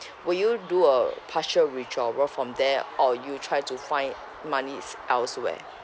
will you do a partial withdrawal from there or you try to find moneys elsewhere